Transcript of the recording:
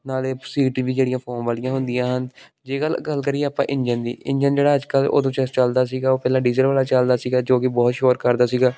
ਨਾਲੇ ਸੀਟ ਵੀ ਜਿਹੜੀਆਂ ਫੋਮ ਵਾਲੀਆਂ ਹੁੰਦੀਆਂ ਹਨ ਜੇਕਰ ਗੱਲ ਕਰੀਏ ਆਪਾਂ ਇੰਜਨ ਦੀ ਇੰਜਨ ਜਿਹੜਾ ਅੱਜ ਕੱਲ੍ਹ ਉਦੋਂ ਚ ਚੱਲਦਾ ਸੀਗਾ ਉਹ ਪਹਿਲਾਂ ਡੀਜ਼ਲ ਵਾਲਾ ਚੱਲਦਾ ਸੀਗਾ ਜੋ ਕਿ ਬਹੁਤ ਸ਼ੋਰ ਕਰਦਾ ਸੀਗਾ